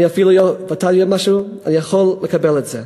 אני אפילו יכול לקבל את זה.